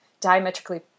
diametrically